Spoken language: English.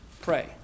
Pray